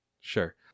sure